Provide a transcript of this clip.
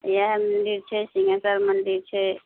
इहए मन्दिर छै सिंघेश्वर मन्दिर छै